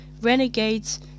Renegades